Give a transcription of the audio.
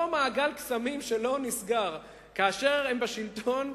מעגל קסמים שלא נסגר: כאשר הם בשלטון,